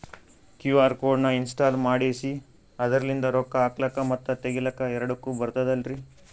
QR code ನ install ಮಾಡೆಸಿ ಅದರ್ಲಿಂದ ರೊಕ್ಕ ಹಾಕ್ಲಕ್ಕ ಮತ್ತ ತಗಿಲಕ ಎರಡುಕ್ಕು ಬರ್ತದಲ್ರಿ?